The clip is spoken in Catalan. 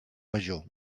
major